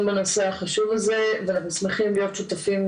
בנושא החשוב הזה ואנחנו שמחים להיות שותפים,